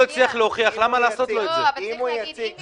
אנחנו מתחילים בהקראת הצעת חוק התוכנית לסיוע כלכלי (נגיף הקורונה החדש)